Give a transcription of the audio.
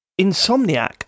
Insomniac